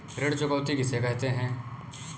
ऋण चुकौती किसे कहते हैं?